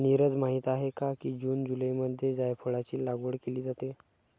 नीरज माहित आहे का जून जुलैमध्ये जायफळाची लागवड केली जाते